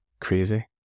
crazy